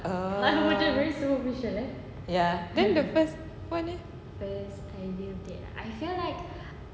oh ya then the first [one] eh